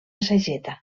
sageta